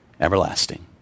everlasting